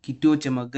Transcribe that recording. Kituo cha